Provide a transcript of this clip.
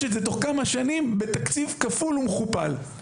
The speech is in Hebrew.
את זה תוך כמה שנים בתקציב כפול ומכופל.